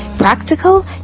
Practical